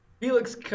Felix